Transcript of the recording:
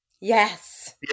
Yes